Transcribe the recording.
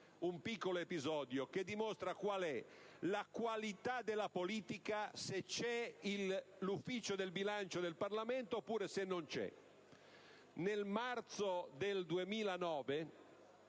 un piccolo episodio che dimostra qual'è la qualità della politica se c'è l'Ufficio del bilancio del Parlamento oppure se non c'è. Nel marzo 2009